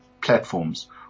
platforms